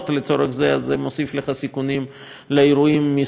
אז זה מוסיף לך סיכונים לאירועים מסוגים שונים,